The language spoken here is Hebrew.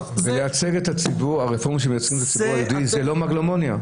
טוב זה --- והרפורמים שמייצגים את הציבור היהודי זה לא מגלומניה?